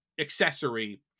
accessory